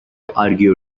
argued